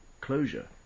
closure